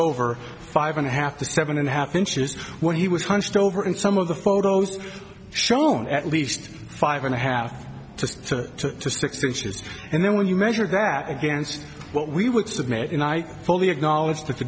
over five and a half to seven and a half inches when he was hunched over in some of the photos shown at least five and a half to six inches and then when you measure that against what we would submit and i fully acknowledge that the